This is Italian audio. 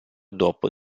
dopo